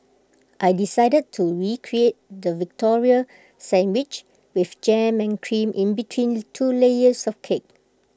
I decided to recreate the Victoria sandwich with jam and cream in between two layers of cake